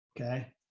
Okay